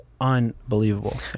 unbelievable